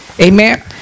Amen